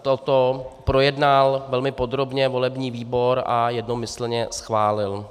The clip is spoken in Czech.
Toto projednal velmi podrobně volební výbor a jednomyslně schválil.